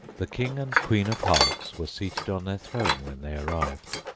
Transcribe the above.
the king and queen of hearts were seated on their throne when they arrived,